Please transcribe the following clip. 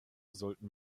sollten